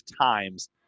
times